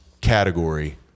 category